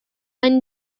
han